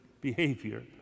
behavior